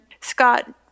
Scott